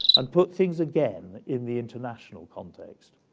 and put things again in the international context.